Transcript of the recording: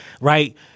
right